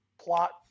plot